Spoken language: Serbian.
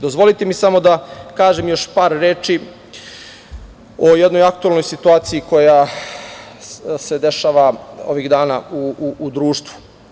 Dozvolite samo da kažem još par reči o jednoj aktuelnoj situaciji koja se dešava ovih dana u društvu.